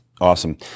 Awesome